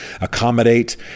accommodate